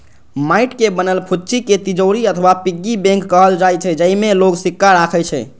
माटिक बनल फुच्ची कें तिजौरी अथवा पिग्गी बैंक कहल जाइ छै, जेइमे लोग सिक्का राखै छै